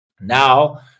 Now